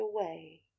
away